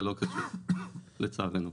זה לא קשור, לצערנו.